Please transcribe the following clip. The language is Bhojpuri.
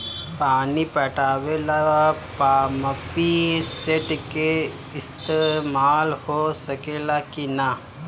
पानी पटावे ल पामपी सेट के ईसतमाल हो सकेला कि ना?